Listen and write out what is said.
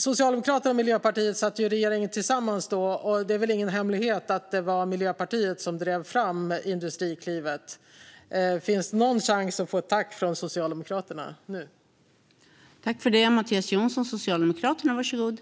Socialdemokraterna och Miljöpartiet satt i regeringen tillsammans då, och det är väl ingen hemlighet att det var Miljöpartiet som drev fram Industriklivet. Finns det någon chans att få ett tack från Socialdemokraterna nu?